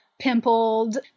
pimpled